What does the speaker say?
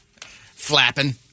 Flapping